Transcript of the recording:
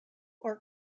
are